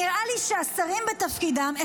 נראה לי שהשרים בתפקידם,